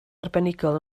arbenigol